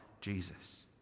Jesus